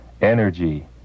energy